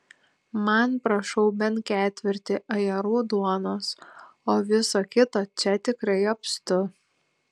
man prašau bent ketvirtį ajerų duonos o viso kito čia tikrai apstu